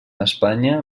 espanya